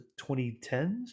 2010s